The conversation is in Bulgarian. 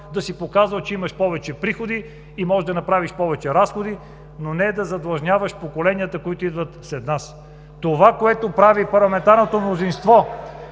да си показал, че имаш повече приходи и можеш да направиш повече разходи, но не да задлъжняваш поколенията, които идват след нас. Това, което прави парламентарното мнозинство,